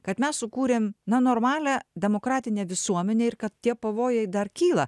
kad mes sukūrėm na normalią demokratinę visuomenę ir kad tie pavojai dar kyla